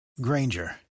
Granger